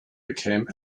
became